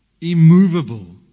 immovable